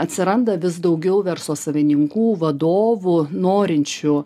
atsiranda vis daugiau verslo savininkų vadovų norinčių